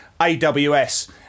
AWS